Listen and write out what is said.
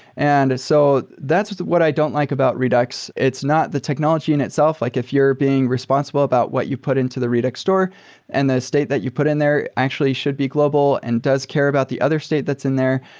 and so that's what i don't like about redux. it's not the technology in itself, like if you're being responsible about what you put into the redux store and the state that you put in there actually should be global and does care about the other state that's in there,